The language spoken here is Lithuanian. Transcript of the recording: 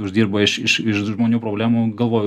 uždirba iš iš iš žmonių problemų galvoju